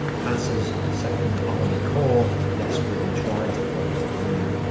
hasse's second army corps desperately tried to form a line.